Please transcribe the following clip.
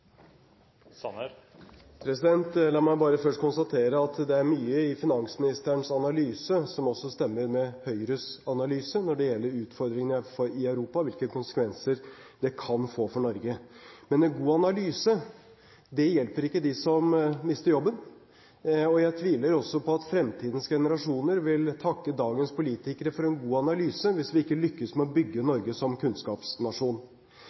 til. La meg bare først konstatere at det er mye i finansministerens analyse som også stemmer med Høyres analyse når det gjelder utfordringer i Europa og hvilke konsekvenser det kan få for Norge. Men en god analyse hjelper ikke dem som mister jobben, og jeg tviler også på at fremtidens generasjoner vil takke dagens politikere for en god analyse hvis vi ikke lykkes med å bygge